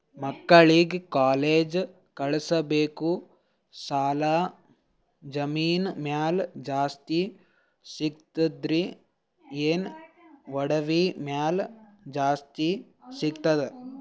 ಮಕ್ಕಳಿಗ ಕಾಲೇಜ್ ಕಳಸಬೇಕು, ಸಾಲ ಜಮೀನ ಮ್ಯಾಲ ಜಾಸ್ತಿ ಸಿಗ್ತದ್ರಿ, ಏನ ಒಡವಿ ಮ್ಯಾಲ ಜಾಸ್ತಿ ಸಿಗತದ?